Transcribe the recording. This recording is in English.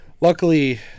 luckily